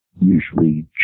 usually